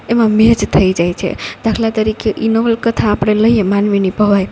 એમાં મેચ થઈ જાય છે દાખલા તરીકે ઈ નવલકથા આપડે લઈએ માનવીની ભવાઈ